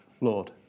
Lord